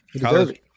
college